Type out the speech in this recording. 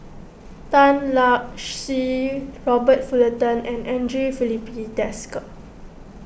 Tan Lark Sye Robert Fullerton and andre Filipe Desker